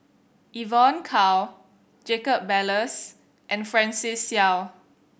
Evon Kow Jacob Ballas and Francis Seow